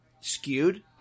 skewed